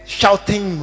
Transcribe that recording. shouting